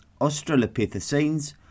Australopithecines